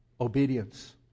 obedience